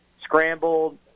scrambled